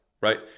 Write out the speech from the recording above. Right